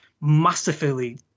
masterfully